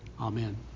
Amen